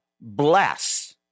bless